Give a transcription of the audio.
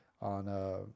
on